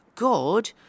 God